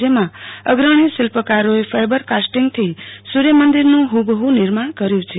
જેમાં અગ્રણી શિલ્પકારોએ ફાઈબર કાસ્ટિંગથી સુર્યમંદિરનું હુબહુ નિર્માણ કર્યું છે